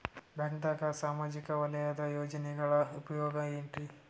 ಬ್ಯಾಂಕ್ದಾಗ ಸಾಮಾಜಿಕ ವಲಯದ ಯೋಜನೆಗಳ ಉಪಯೋಗ ಏನ್ರೀ?